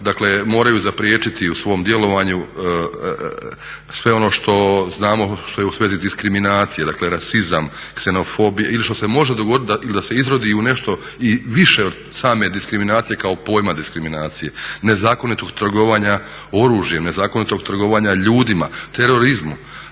dakle moraju zapriječiti u svom djelovanju sve ono što znamo, što je u svezi diskriminacije, dakle rasizam, ksenofobija, ili što se može dogoditi ili da se izrodi u nešto i više od same diskriminacije kao pojma diskriminacije, nezakonitog trgovanja oružjem, nezakonitog trgovanja ljudima, terorizmu.